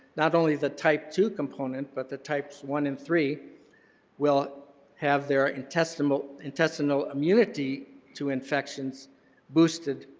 not only the type two component, but the types one and three will have their intestinal intestinal immunity to infections boosted